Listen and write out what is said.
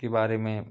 के बारे में